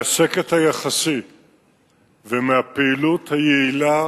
עקב השקט היחסי והפעילות היעילה,